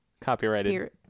Copyrighted